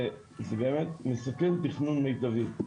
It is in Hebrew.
זה באמת מסכל תכנון מיטבי.